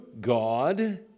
God